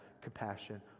compassion